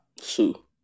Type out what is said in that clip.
Sue